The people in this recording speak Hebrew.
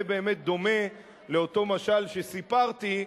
זה באמת דומה לאותו משל שסיפרתי,